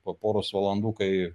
po poros valandų kai